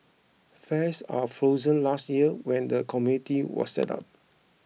fares are frozen last year when the committee was set up